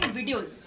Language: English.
videos